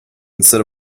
instead